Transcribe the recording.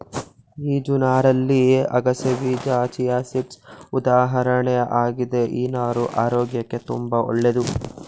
ಬೀಜ ನಾರಲ್ಲಿ ಅಗಸೆಬೀಜ ಚಿಯಾಸೀಡ್ಸ್ ಉದಾಹರಣೆ ಆಗಿದೆ ಈ ನಾರು ಆರೋಗ್ಯಕ್ಕೆ ತುಂಬಾ ಒಳ್ಳೇದು